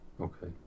Okay